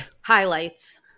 highlights